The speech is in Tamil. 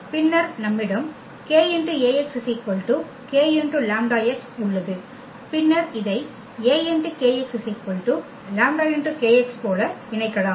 பின்னர் நம்மிடம் ⇒ k kλx உள்ளது பின்னர் இதை A λ போல இணைக்கலாம்